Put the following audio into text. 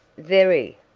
very.